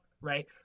right